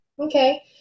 Okay